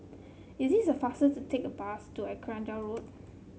is it faster to take the bus to Arcadia Road